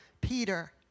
Peter